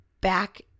back